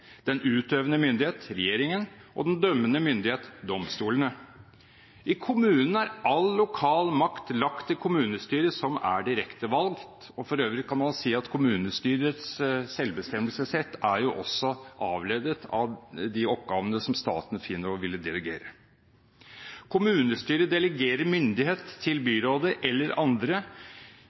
den utøvende myndighet, regjeringen, og den dømmende myndighet, domstolene. I kommunene er all lokal makt lagt til kommunestyret, som er direkte valgt, og for øvrig kan man si at kommunestyrets selvbestemmelsesrett også er avledet av de oppgavene som staten finner å ville delegere. Kommunestyrer delegerer myndighet til byrådet eller andre